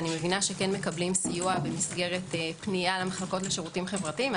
אני מבינה שכן מקבלים סיוע במסגרת פנייה למחלקות לשירותים חברתיים.